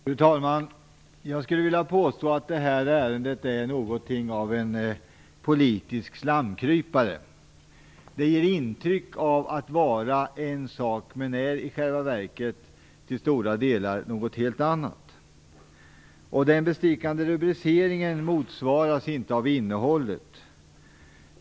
Fru talman! Jag skulle vilja påstå att det här ärendet är något av en politisk slamkrypare. Det ger intryck av att vara en sak men är i själva verket till stora delar något helt annat. Den bestickande rubriceringen motsvaras inte av innehållet.